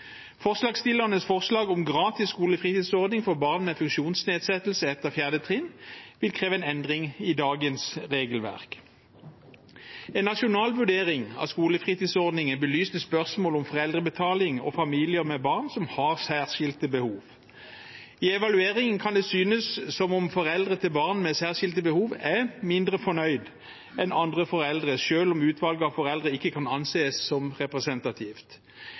Forslagsstillernes forslag om gratis skolefritidsordning for barn med funksjonsnedsettelse etter 4. trinn vil kreve en endring i dagens regelverk. En nasjonal vurdering av skolefritidsordningen er belyst i spørsmål knyttet til foreldrebetaling og familier med barn som har særskilte behov. I evalueringen kan det synes som om foreldre til barn med særskilte behov er mindre fornøyd enn andre foreldre, selv om utvalget av foreldre ikke kan anses som representativt.